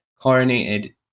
coronated